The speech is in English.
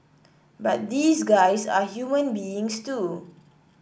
but these guys are human beings too